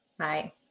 hi